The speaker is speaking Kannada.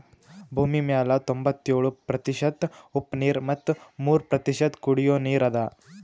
ಭೂಮಿಮ್ಯಾಲ್ ತೊಂಬತ್ಯೋಳು ಪ್ರತಿಷತ್ ಉಪ್ಪ್ ನೀರ್ ಮತ್ ಮೂರ್ ಪ್ರತಿಷತ್ ಕುಡಿಯೋ ನೀರ್ ಅದಾ